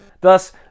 Thus